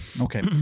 Okay